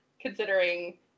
considering